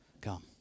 Come